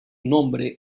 nombre